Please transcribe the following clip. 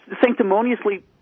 sanctimoniously